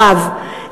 בטרור,